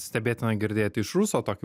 stebėtina girdėti iš ruso tokį